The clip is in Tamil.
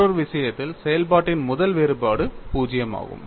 மற்றொரு விஷயத்தில் செயல்பாட்டின் முதல் வேறுபாடு 0 ஆகும்